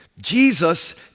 Jesus